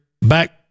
back